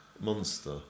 Monster